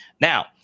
Now